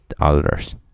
others